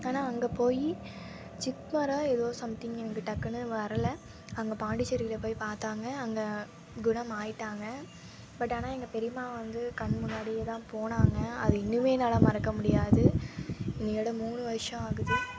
ஆனால் அங்கே போய் சிக்மரா எதோ சம்திங் எனக்கு டக்குன்னு வரலை அங்கே பாண்டிசேரியில் போய் பார்த்தாங்க அங்கே குணமாயிவிட்டாங்க பட் ஆனால் எங்கள் பெரியம்மாவை வந்து கண் முன்னாடியே தான் போனாங்க அது இன்னுமே என்னால் மறக்க முடியாது இன்னையோட மூணு வருஷம் ஆகுது